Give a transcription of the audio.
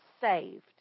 saved